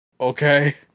Okay